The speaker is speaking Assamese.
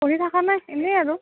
পঢ়ি থকা নাই এনেই আৰু